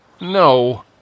No